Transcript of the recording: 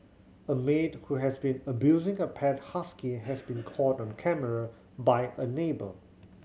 a maid who has been abusing a pet husky has been caught on camera by a neighbour